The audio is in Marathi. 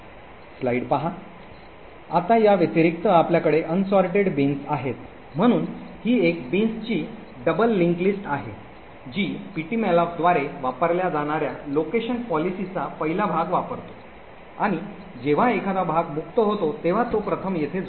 आता या व्यतिरिक्त आपल्याकडे अनसोर्टेड बीन्स आहेत म्हणून ही एक बीन्सची दुहेरी लिंक आहे जी पीटीमलोकद्वारे वापरल्या जाणार्या लोकेशन पॉलिसीचा पहिला भाग वापरतो आणि जेव्हा एखादा भाग मुक्त होतो तेव्हा तो प्रथम येथे जोडला जातो